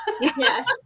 Yes